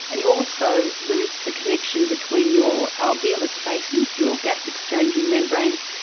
and you also lose the connection between your alveolar spaces, your gas exchanging membranes,